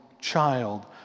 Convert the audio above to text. child